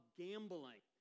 gambling